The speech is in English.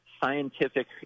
scientific